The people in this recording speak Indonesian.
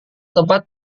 tempat